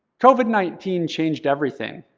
covid nineteen changed everything.